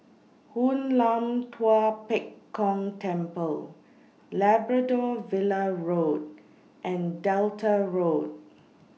Hoon Lam Tua Pek Kong Temple Labrador Villa Road and Delta Road